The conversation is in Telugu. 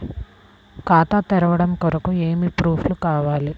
ఖాతా తెరవడం కొరకు ఏమి ప్రూఫ్లు కావాలి?